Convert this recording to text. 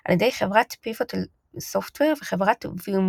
על ידי חברת Pivotal Software וחברת VMware.